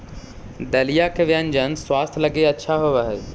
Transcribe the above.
दलिया के व्यंजन स्वास्थ्य लगी अच्छा होवऽ हई